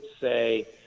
say